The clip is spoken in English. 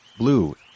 Blue